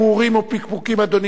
אדוני יושב-ראש הוועדה,